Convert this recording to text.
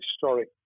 historic